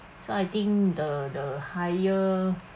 so I think the the higher